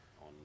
on